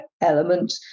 element